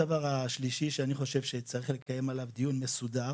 הדבר השלישי שאני חושב שצריך לקיים עליו דיון מסודר